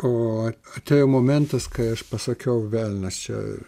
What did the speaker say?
o atėjo momentas kai aš pasakiau velnias čia